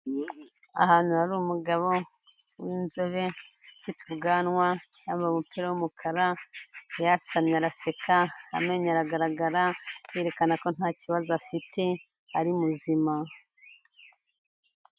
Ahantu hari umugabo w'inzobe, ufite ubwanwa, yambaye umupira w'umukara, yasamye, araseka, amenyo aragaragara, yerekana ko nta kibazo afite, ari muzima.